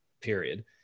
period